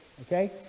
Okay